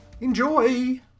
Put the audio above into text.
Enjoy